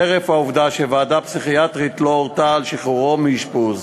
חרף העובדה שוועדה פסיכיאטרית לא הורתה על שחרורו מהאשפוז,